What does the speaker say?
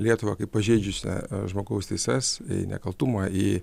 lietuvą kaip pažeidusią žmogaus teises į nekaltumą į